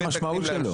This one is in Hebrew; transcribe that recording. אבל לא למשמעות שלו.